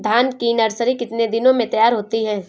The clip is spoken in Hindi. धान की नर्सरी कितने दिनों में तैयार होती है?